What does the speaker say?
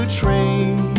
train